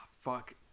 fuck